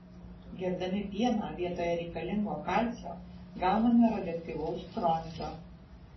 gerdami pieną vietoje reikalingo kalcio gauname radioaktyvaus stroncio